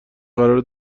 قراره